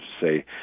say